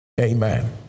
Amen